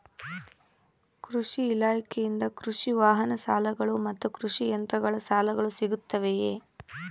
ಕೃಷಿ ಇಲಾಖೆಯಿಂದ ಕೃಷಿ ವಾಹನ ಸಾಲಗಳು ಮತ್ತು ಕೃಷಿ ಯಂತ್ರಗಳ ಸಾಲಗಳು ಸಿಗುತ್ತವೆಯೆ?